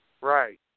Right